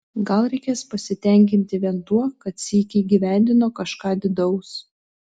gal reikės pasitenkinti vien tuo kad sykį įgyvendino kažką didaus